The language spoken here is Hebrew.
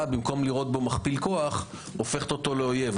תראה בו מכפיל כוח היא הופכת אותו לאויב.